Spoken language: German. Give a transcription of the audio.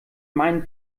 mein